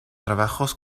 trabajos